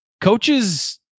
Coaches